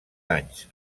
anys